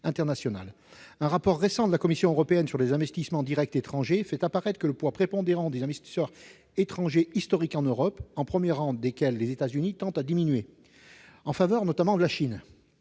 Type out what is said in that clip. Un rapport récent de la Commission européenne sur les investissements directs étrangers montre que le poids prépondérant des investisseurs étrangers historiques en Europe, au premier rang desquels les États-Unis, tend à diminuer en faveur notamment de la Chine.